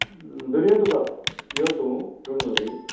धरया तुका यो तूं डोंट वॉरी